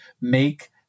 make